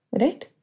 right